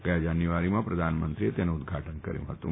ગયા જાન્યુઆરીમાં પ્રધાનમંત્રીએ તેનું ઉદ્ઘાટન કર્યું ફતું